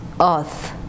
Earth